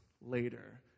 later